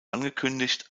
angekündigt